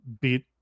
beat